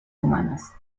humanas